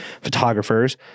photographers